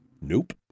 nope